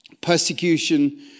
Persecution